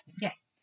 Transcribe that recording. Yes